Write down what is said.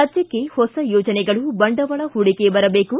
ರಾಜ್ಯಕ್ಷೆ ಹೊಸ ಯೋಜನೆಗಳು ಬಂಡವಾಳ ಹೂಡಿಕೆ ಬರಬೇಕು